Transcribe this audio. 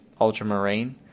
Ultramarine